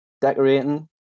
Decorating